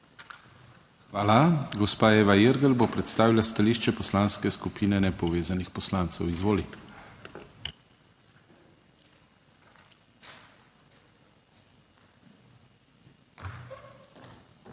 Hvala. Gospa Eva Irgl bo predstavila stališče Poslanske skupine Nepovezanih poslancev. Izvolite.